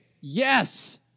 Yes